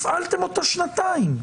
שהפעלתם שנתיים.